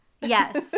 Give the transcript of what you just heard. Yes